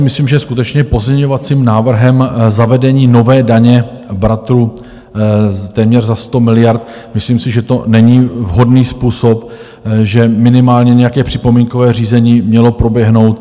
Myslím si, že skutečně pozměňovacím návrhem zavedení nové daně bratru téměř za 100 miliard, myslím si, že to není vhodný způsob, že minimálně nějaké připomínkové řízení mělo proběhnout.